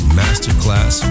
masterclass